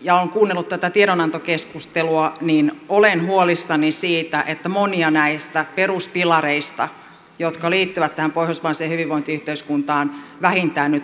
ja olen kuunnellut tätä tiedonantokeskustelua niin olen huolissani siitä että monia näistä peruspilareista jotka liittyvät tähän pohjoismaiseen hyvinvointiyhteiskuntaan vähintään nyt horjutetaan